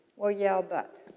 well yeah, ah but.